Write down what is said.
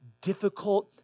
difficult